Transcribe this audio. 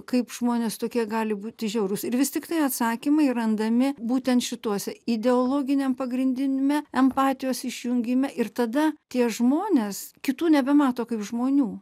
kaip žmonės tokie gali būti žiaurūs ir vis tiktai atsakymai randami būtent šituose ideologiniam pagrindiniame empatijos išjungime ir tada tie žmonės kitų nebemato kaip žmonių